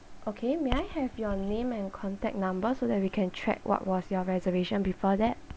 okay may I have your name and contact number so that we can track what was your reservation before that